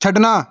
ਛੱਡਣਾ